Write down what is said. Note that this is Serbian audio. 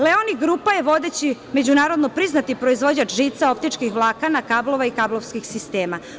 Leoni grupa je vodeći međunarodno priznati proizvođač žica, optičkih vlakana, kablova i kablovskih sistema.